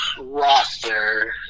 roster